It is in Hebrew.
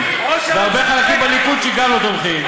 וגם הרבה חלקים בליכוד שלא תומכים.